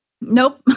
Nope